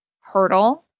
hurdle